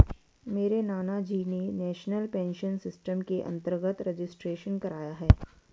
मेरे नानाजी ने नेशनल पेंशन सिस्टम के अंतर्गत रजिस्ट्रेशन कराया है